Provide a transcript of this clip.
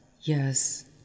yes